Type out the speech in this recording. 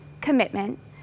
commitment